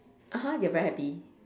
(uh huh) you're very happy